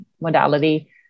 modality